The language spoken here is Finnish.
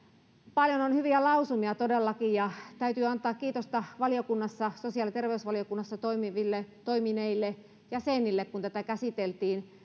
paljon on hyviä lausumia todellakin ja täytyy antaa kiitosta sosiaali ja terveysvaliokunnassa toimineille toimineille jäsenille kun tätä käsiteltiin